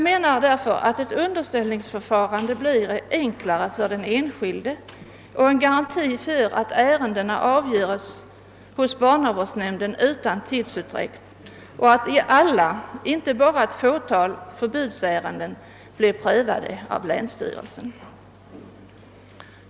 Ett underställningsförfarande blir därför enklare för den enskilde, och det skapas en garanti för att ärendena avgöres hos barnavårdsnämnden utan tidsutdräkt och att alla — inte bara ett fåtal förbudsärenden — blir prövade av länsstyrelsen.